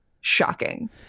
shocking